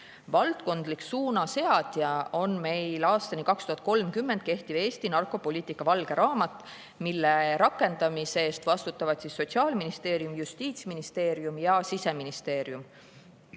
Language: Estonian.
Valdkondlik suunaseadja on meil aastani 2030 kehtiv Eesti narkopoliitika valge raamat, mille rakendamise eest vastutavad Sotsiaalministeerium, Justiitsministeerium ja Siseministeerium.